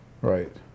Right